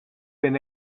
been